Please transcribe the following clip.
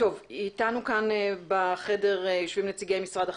איתנו כאן בחדר יושבים נציגי משרד החוץ,